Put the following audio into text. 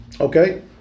Okay